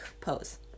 pose